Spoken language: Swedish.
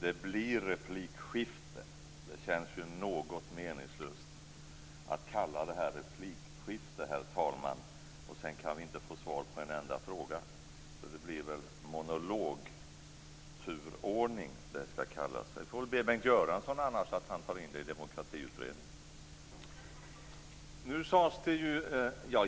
det blir replikskiften. Det känns något meningslöst att kalla det här för replikskifte samtidigt som vi inte kan få svar på en enda fråga. Det här kan väl snarare kallas monologturordning. Vi får kanske i annat fall be Bengt Göransson ta in det här i Demokratiutredningen.